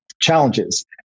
challenges